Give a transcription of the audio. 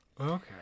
Okay